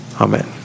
Amen